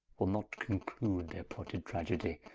will not conclude their plotted tragedie.